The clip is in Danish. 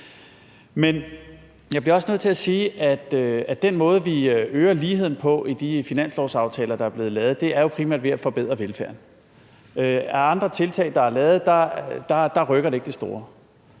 Men jeg bliver også nødt til at sige, at den måde, vi øger ligheden på i de finanslovsaftaler, der er blevet lavet, jo primært er at forbedre velfærden. Andre tiltag, der er lavet, rykker ikke det store.